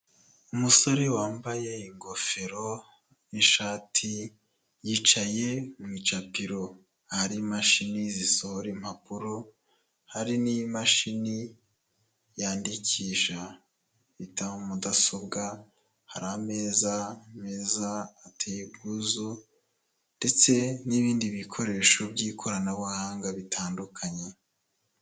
Umusore wambaye ingofero n'ishati, yicaye mu icapiro, hari imashini zisohora impapuro, hari n'imashini yandikisha, bita mudasobwa, hari ameza, meza ateye ubwuzu ndetse n'ibindi bikoresho byikoranabuhanga bitandukanye.